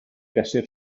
fesur